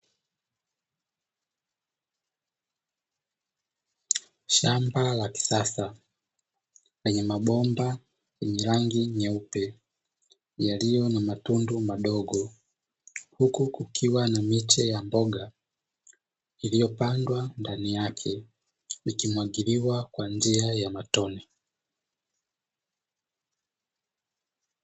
Shamba la kisasa lenye mabomba yenye rangi nyeupe yaliyo na matundu madogo, huku kukiwa na miche ya mboga iliyopandwa ndani yake ikimwagiliwa kwa njia ya matone.